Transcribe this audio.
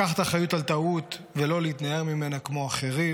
לקחת אחריות על טעות ולא להתנער ממנה כמו אחרים,